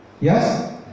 Yes